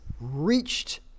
reached